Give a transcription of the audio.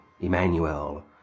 Emmanuel